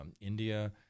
India